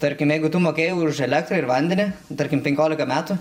tarkim jeigu tu mokėjai už elektrą ir vandenį tarkim penkiolika metų